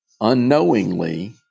unknowingly